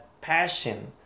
passion